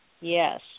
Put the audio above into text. Yes